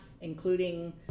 including